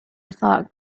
thought